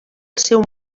seu